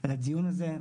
על הדיון הזה.